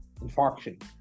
infarction